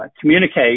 communicate